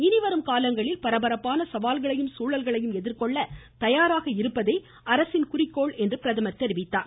இனிவரும் காலங்களில் பரபரப்பான சவால்களையும் சூழல்களையும் எதிர்கொள்ள தயாராக இருப்பதே அரசின் குறிக்கோள் என்றும் பிரதமர் தெரிவித்தார்